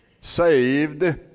saved